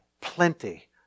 plenty